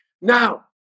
Now